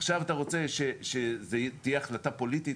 עכשיו אתה רוצה שזו תהיה החלטה פוליטית,